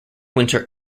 winter